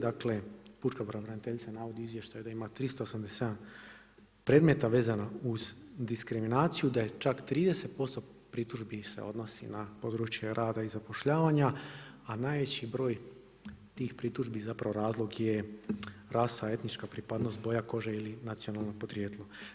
Dakle, pučka pravobraniteljica navodi u izvještaju da ima 387 predmeta vezano uz diskriminaciju, da je čak 30% pritužbi se odnosi na područje rada i zapošljavanja, a najveći broj tih pritužbi zapravo razlog je rasa, etnička pripadnost, boja kože ili nacionalno podrijetlo.